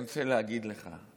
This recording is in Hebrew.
אני רוצה להגיד לך,